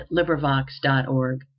LibriVox.org